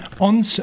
On